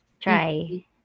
try